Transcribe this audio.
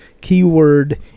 keyword